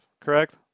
Correct